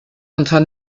unter